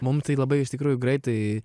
mum tai labai iš tikrųjų greitai